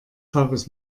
tages